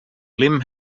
lim